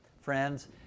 Friends